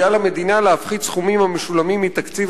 כי על המדינה להפחית סכומים המשולמים מתקציב